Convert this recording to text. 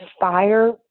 fire